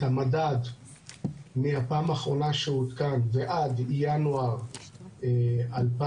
את המדד מהפעם האחרונה שהוא עודכן ועד ינואר 2022,